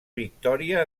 victòria